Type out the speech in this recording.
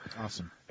Awesome